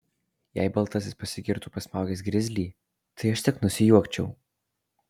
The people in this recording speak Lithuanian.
jei baltasis pasigirtų pasmaugęs grizlį tai aš tik nusijuokčiau